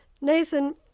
Nathan